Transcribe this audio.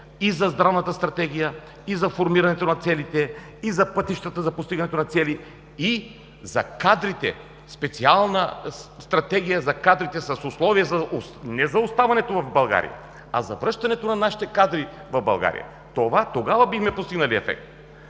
и за здравната стратегия, и за формирането на целите, и за пътищата за постигане на цели, и за кадрите – специална стратегия за кадрите, не за оставането в България, а за връщането на нашите кадри в България! Тогава бихме постигнали ефект.